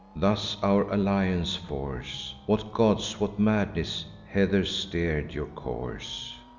thus our alliance force? what gods, what madness, hether steer'd your course?